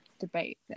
debate